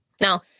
Now